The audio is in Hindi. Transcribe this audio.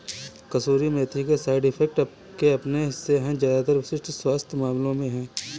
कसूरी मेथी के साइड इफेक्ट्स के अपने हिस्से है ज्यादातर विशिष्ट स्वास्थ्य मामलों में है